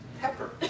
Pepper